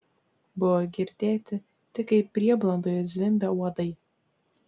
buvo girdėti tik kaip prieblandoje zvimbia uodai